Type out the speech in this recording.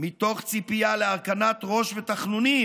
מתוך ציפייה להרכנת ראש ותחנונים,